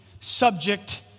subject